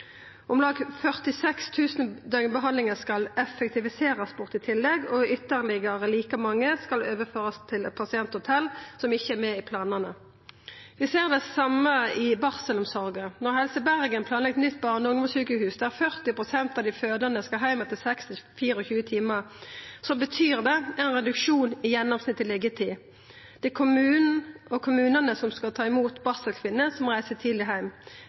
Om lag 46 000 døgnbehandlingar skal i tillegg effektiviserast bort, og like mange skal overførast til eit pasienthotell som ikkje er med i planane. Vi ser det same i barselomsorga. Når Helse Bergen planlegg eit nytt barne- og ungdomssjukehus der 40 pst. av dei fødande skal heim etter 6 til 24 timar, betyr det ein reduksjon i gjennomsnittleg liggjetid. Det er kommunane som skal ta imot barselkvinner som reiser tidleg heim.